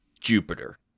Jupiter